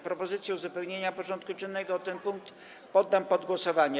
Propozycję uzupełnienia porządku dziennego o ten punkt poddam pod głosowanie.